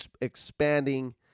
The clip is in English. expanding